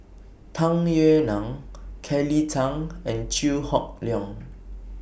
Tung Yue Nang Kelly Tang and Chew Hock Leong